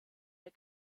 der